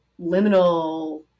liminal